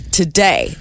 today